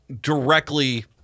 directly